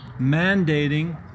Mandating